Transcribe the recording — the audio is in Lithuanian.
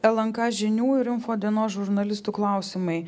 lnk žinių ir info dienos žurnalistų klausimai